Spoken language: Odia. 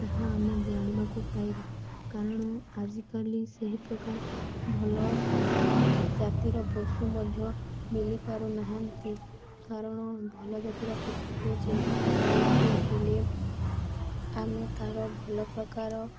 ତାହା ଆମେ ଜାଣିବାକୁ ପାଇବା କାରଣ ଆଜିକାଲି ସେହି ପ୍ରକାର ଭଲ ଜାତିର ପଶୁ ମଧ୍ୟ ମିଳିପାରୁନାହାନ୍ତି କାରଣ ଭଲ ଜାତିର ପଶୁକୁ ଚିହ୍ନଟ କରିବାକୁ ହେଲେ ଆମେ ତା'ର ଭଲ ପ୍ରକାର